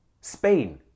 Spain